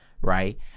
right